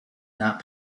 not